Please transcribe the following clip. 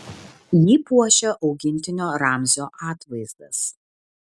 jį puošia augintinio ramzio atvaizdas